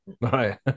Right